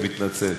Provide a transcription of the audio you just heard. אני מתנצל.